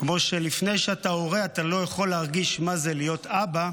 כמו שלפני שאתה הורה אתה לא יכול להרגיש מה זה להיות אבא,